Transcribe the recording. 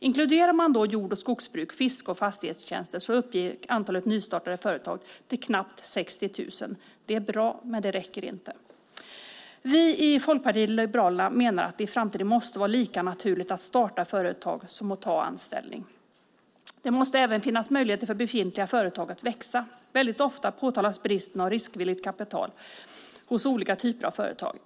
Inkluderar man jord och skogsbruk, fiske och fastighetstjänster uppgick antalet nystartade företag till knappt 60 000. Det är bra, men det räcker inte. Vi i Folkpartiet liberalerna menar att det i framtiden måste vara lika naturligt att starta företag som att ta anställning. Det måste även finnas möjligheter för befintliga företag att växa. Ofta påtalas bristen av riskvilligt kapital hos olika typer av företag.